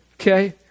Okay